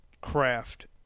craft